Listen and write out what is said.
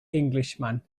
englishman